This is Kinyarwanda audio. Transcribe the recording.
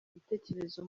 ibitekerezo